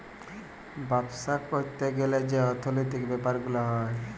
বাপ্সা ক্যরতে গ্যালে যে অর্থলৈতিক ব্যাপার গুলা হ্যয়